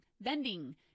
bending